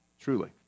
truly